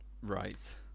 Right